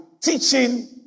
Teaching